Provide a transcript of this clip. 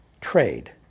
trade